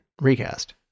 recast